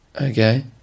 Okay